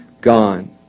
gone